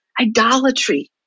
idolatry